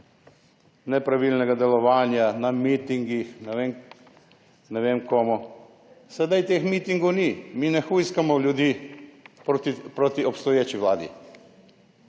nepravilnega delovanja na mitingih, ne vem kje vse. Zdaj teh mitingov ni, mi ne hujskamo ljudi proti obstoječi Vladi.